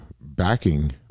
backing